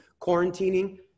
quarantining